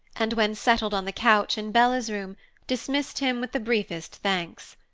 and when settled on the couch in bella's room dismissed him with the briefest thanks.